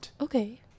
Okay